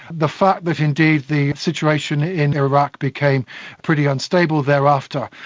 the fact that indeed the situation in iraq became pretty unstable thereafter,